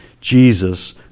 Jesus